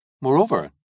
Moreover